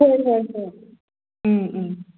ꯍꯣꯏ ꯍꯣꯏ ꯍꯣꯏ ꯎꯝ ꯎꯝ